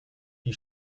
die